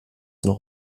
noch